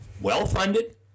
well-funded